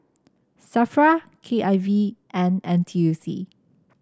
Safra K I V and N T U C